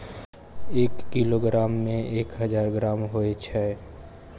एक किलोग्राम में एक हजार ग्राम होय छै